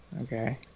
Okay